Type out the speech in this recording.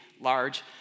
large